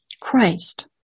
Christ